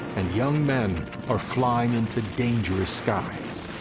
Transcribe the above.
and young men are flying into dangerous skies.